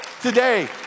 today